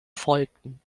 folgten